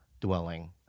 dwelling